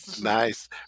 Nice